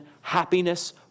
happiness